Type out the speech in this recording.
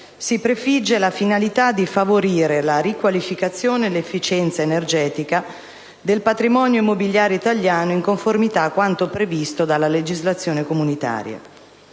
si prefigge la finalità di favorire la riqualificazione e l'efficienza energetica del patrimonio immobiliare italiano in conformità a quanto previsto dalla legislazione comunitaria.